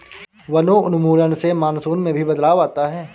वनोन्मूलन से मानसून में भी बदलाव आता है